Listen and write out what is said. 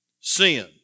sin